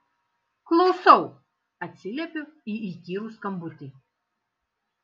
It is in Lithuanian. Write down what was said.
klausau atsiliepiu į įkyrų skambutį